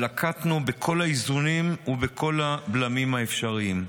נקטנו בכל האיזונים ובכל הבלמים האפשריים.